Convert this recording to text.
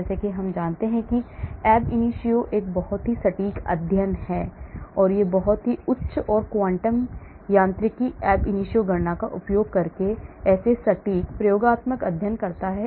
जैसा कि हम जानते हैं कि abitio एक बहुत ही सटीक अध्ययन है और यह बहुत ही उच्च और क्वांटम यांत्रिकी abitio गणना का उपयोग करके ऐसे सटीक प्रयोगात्मक अध्ययन करता है